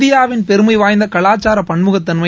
இந்தியாவின் பெருமை வாய்ந்த கலாச்சார பன்முகத்தன்மை